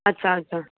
अच्छा अथसि